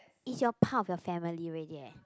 is your part of your family already eh